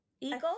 Eagle